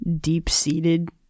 deep-seated